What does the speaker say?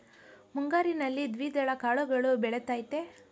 ಮುಂಗಾರಿನಲ್ಲಿ ದ್ವಿದಳ ಕಾಳುಗಳು ಬೆಳೆತೈತಾ?